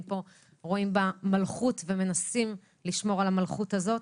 פה רואים בה מלכות ומנסים לשמור על המלכות הזאת.